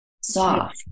soft